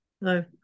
No